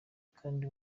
kandi